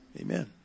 Amen